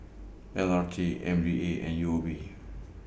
L R T M D A and U O B